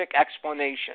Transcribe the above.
explanation